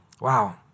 Wow